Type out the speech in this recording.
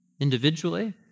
individually